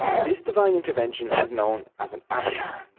this divine intervention is known as an avatar.